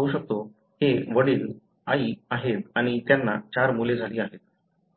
आपण पाहू शकतो हे वडील आई आहेत आणि त्यांना 4 मुले झाली आहेत